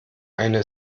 eine